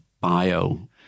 bio